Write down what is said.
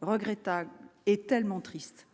regrettable et tellement triste.